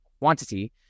quantity